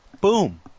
Boom